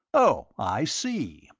oh, i see,